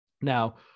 Now